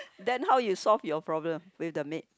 then how you solve your problem with the maid